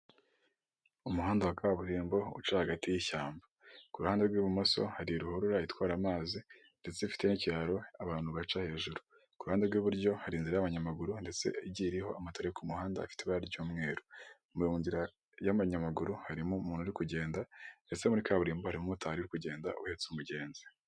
Umuhanda wa kaburimbo uca hagati y'ishyamba ku ruhande rw'ibumoso hari ruhurura itwara amazi ndetse ifite n'icyiraro abantu baca hejuru kuruhande rw'iburyo hari inzira y'abanyamaguru ndetse igiye iriho amatara yo ku muhanda afite ibara ry'umweru mu nzira y'abanyamaguru harimo umuntu uri kugenda ndetse muri kaburimbo hari umumotari uri kugenda uheretse umugenzi.